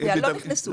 לא נכנסו.